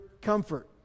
comfort